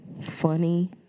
funny